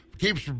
keeps